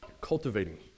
Cultivating